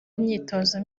imyitozo